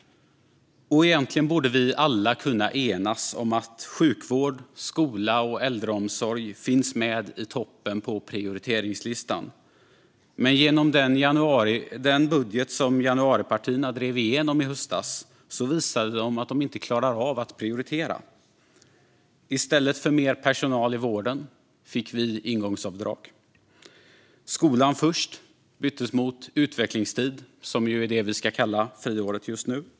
Egentligen borde vi alla kunna enas om att sjukvård, skola och äldreomsorg ska finnas med i toppen på prioriteringslistan. Men genom den budget som januaripartierna drev igenom i höstas visade de att de inte klarar av att prioritera. I stället för mer personal i vården fick vi ingångsavdrag. "Skolan först" byttes mot utvecklingstid, som ju är det vi ska kalla friåret just nu.